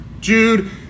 Jude